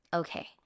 okay